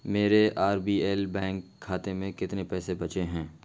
میرے R B L bank خاتے میں کتنے پیسے بچیں ہیں